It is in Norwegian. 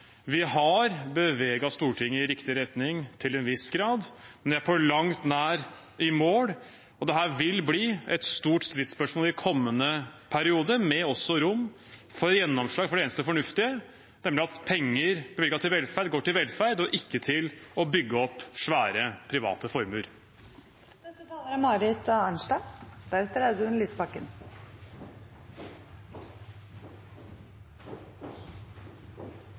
Vi har beveget Stortinget i riktig retning, til en viss grad, men er på langt nær i mål. Dette vil bli et stort stridsspørsmål i kommende periode, også med rom for gjennomslag for det eneste fornuftige, nemlig at penger bevilget til velferd går til velferd, og ikke til å bygge opp svære, private